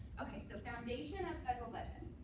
ok. so foundation of federal budget.